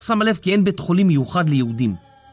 שמה לב כי אין בית חולי מיוחד ליהודים